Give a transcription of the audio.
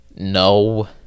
No